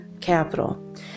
capital